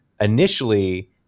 initially